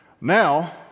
Now